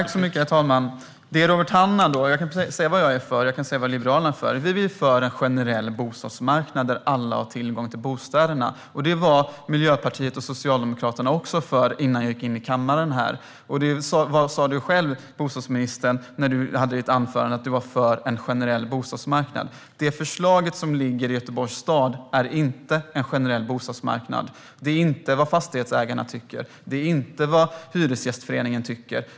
Herr talman! Liberalerna är för en generell bostadsmarknad där alla har tillgång till bostäderna. Det var Miljöpartiet och Socialdemokraterna också innan jag gick in i kammaren. Bostadsministern sa själv i ett anförande att han var för en generell bostadsmarknad. Det förslag som finns i Göteborgs stad handlar inte om en generell bostadsmarknad. Det är inte vad fastighetsägarna och Hyresgästföreningen tycker.